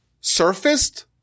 surfaced